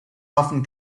often